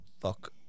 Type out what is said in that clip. fuck